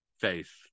faith